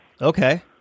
Okay